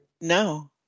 No